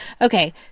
Okay